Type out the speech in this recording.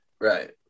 Right